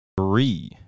Three